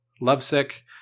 Lovesick